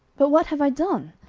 but what have i done?